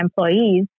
employees